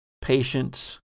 Patience